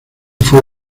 fue